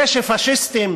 זה שפאשיסטים